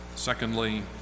Secondly